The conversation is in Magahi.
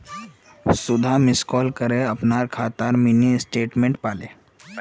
सुधा मिस कॉल करे अपनार खातार मिनी स्टेटमेंट पाले